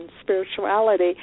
spirituality